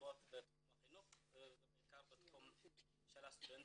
רבות בתחום החינוך ובעיקר בתחום של הסטודנטים.